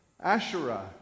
Asherah